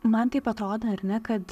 man taip atrodė ar ne kad